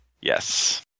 Yes